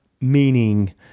meaning